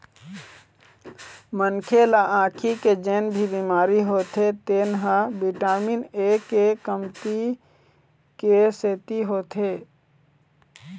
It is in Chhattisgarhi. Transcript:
मनखे ल आँखी के जेन भी बिमारी होथे तेन ह बिटामिन ए के कमती के सेती होथे